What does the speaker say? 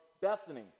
Bethany